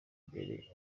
imbere